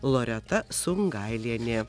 loreta sungailienė